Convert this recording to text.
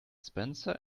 spencer